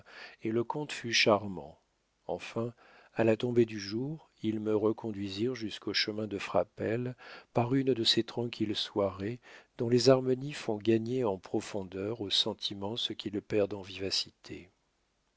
et le comte fut charmant enfin à la tombée du jour ils me reconduisirent jusqu'au chemin de frapesle par une de ces tranquilles soirées dont les harmonies font gagner en profondeur aux sentiments ce qu'ils perdent en vivacité